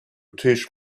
teach